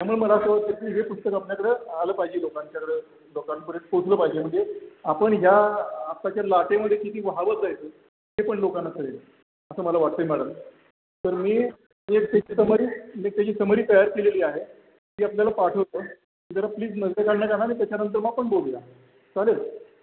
त्यामुळे मला असं वाटते की हे पुस्तक आपल्याकडं आलं पाहिजे लोकांच्याकडं लोकांपर्यंत पोचलं पाहिजे म्हणजे आपण या आत्ताच्या लाटेमध्ये किती वहावत जायचं ते पण लोकांना कळेल असं मला वाटतं आहे मॅडम तर मी एक त्याची समरी मी एक त्याची समरी तयार केलेली आहे ती आपल्याला पाठवतो जरा प्लीज नजरेखालनं घाला आणि त्याच्यानंतर मग आपण बोलू या चालेल